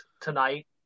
tonight